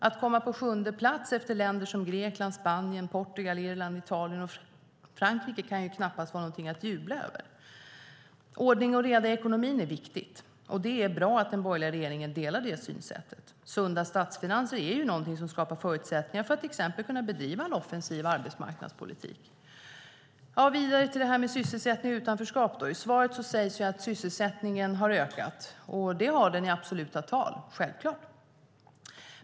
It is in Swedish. Att komma på sjunde plats efter länder som Grekland, Spanien, Portugal, Irland, Italien och Frankrike kan knappast vara någonting att jubla över. Ordning och reda i ekonomin är viktigt. Det är bra att den borgerliga regeringen delar det synsättet. Sunda statsfinanser är någonting som skapar förutsättningar för att till exempel bedriva en offensiv arbetsmarknadspolitik. När det gäller det där med sysselsättning och utanförskap sägs i svaret att sysselsättningen har ökat. Det har den i absoluta tal - självklart.